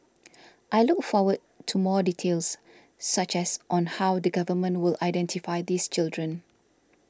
I look forward to more details such as on how the government will identify these children